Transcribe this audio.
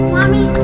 Mommy